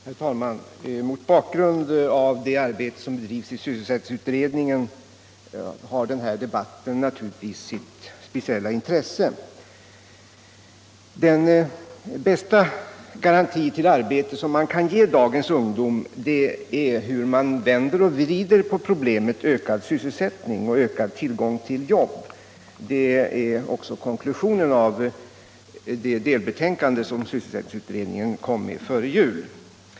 Herr talman! Mot bakgrund av det arbete som bedrivs i sysselsättningsutredningen har den här debatten naturligtvis sitt speciella intresse. Den bästa garantin till arbete som man kan ge dagens ungdom är ökad sysselsättning, dvs. ökad tillgång till jobb. Det är också konklusionen av det delbetänkande som sysselsättningsutredningen avlämnade före jul.